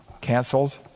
canceled